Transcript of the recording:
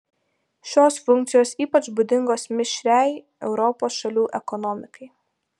šios funkcijos ypač būdingos mišriai europos šalių ekonomikai